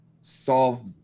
solve